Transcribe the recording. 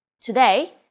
Today